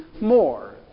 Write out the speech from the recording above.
more